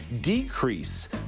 decrease